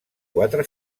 quatre